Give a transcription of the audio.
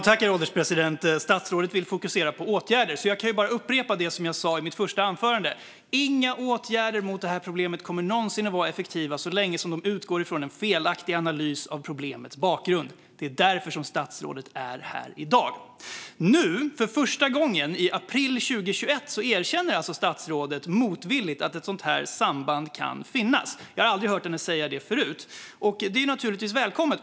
Herr ålderspresident! Statsrådet vill fokusera på åtgärder, så jag kan upprepa det jag sa i mitt första anförande: Inga åtgärder mot det här problemet kommer någonsin att vara effektiva så länge som de utgår från en felaktig analys av problemets bakgrund. Det är därför som statsrådet är här i dag. För första gången, i april 2021, erkänner alltså statsrådet nu motvilligt att ett sådant här samband kan finnas. Jag har aldrig hört henne säga det förut. Det är naturligtvis välkommet.